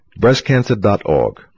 Breastcancer.org